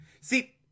See